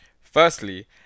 Firstly